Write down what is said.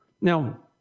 Now